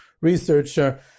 researcher